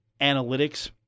analytics